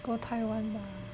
go taiwan lah